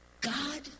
God